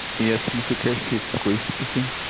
yes mr keshe, it's rui speaking.